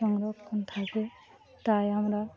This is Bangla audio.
সংরক্ষণ থাকে তাই আমরা